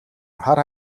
хар